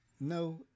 no